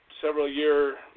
several-year